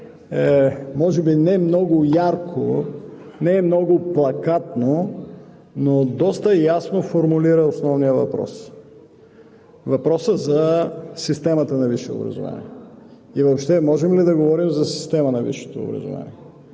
може би не много ярка, не много плакатна, но доста ясно формулира основния въпрос – въпроса за системата на висше образование. Въобще можем ли да говорим за система на висшето образование.